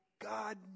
god